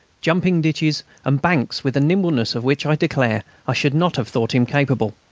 jumping ditches and banks with a nimbleness of which i declare i should not have thought him capable.